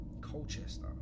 Colchester